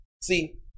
See